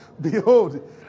Behold